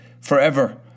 forever